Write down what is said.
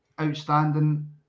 outstanding